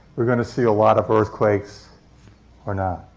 we're going to see a lot of earthquakes or not.